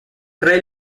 tre